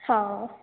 हाँ